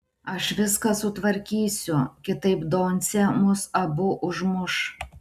aš viską sutvarkysiu kitaip doncė mus abu užmuš